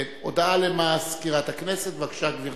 ההצעה להעביר את הנושא לוועדת הפנים והגנת